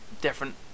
different